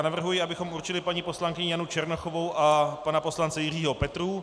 Navrhuji, abychom určili paní poslankyni Janu Černochovou a pana poslance Jiřího Petrů.